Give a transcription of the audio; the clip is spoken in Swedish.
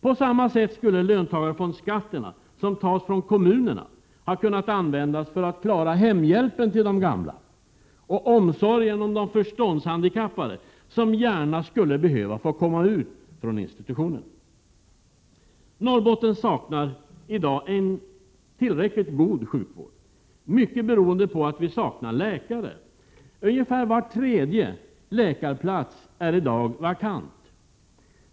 På samma sätt skulle löntagarfondsskatterna som tas från kommunerna ha kunnat användas för att klara hemhjälpen till de gamla och omsorgen om de förståndshandikappade, som skulle behöva få komma ut från institutionerna. Norrbotten saknar i dag en tillräckligt god sjukvård, mycket beroende på att vi saknar läkare. Ungefär var tredje läkarplats är i dag vakant.